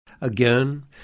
Again